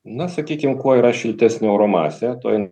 na sakykim kuo yra šiltesnė oro masė tuo jinai